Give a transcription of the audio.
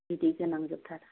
बिदै गोनांजोबथार